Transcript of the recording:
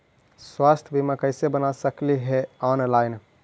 स्वास्थ्य बीमा कैसे बना सकली हे ऑनलाइन?